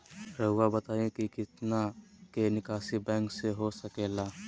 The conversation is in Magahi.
रहुआ बताइं कि कितना के निकासी बैंक से हो सके ला?